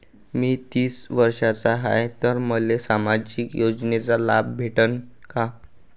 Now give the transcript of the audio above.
मी तीस वर्षाचा हाय तर मले सामाजिक योजनेचा लाभ भेटन का?